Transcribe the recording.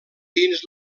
dins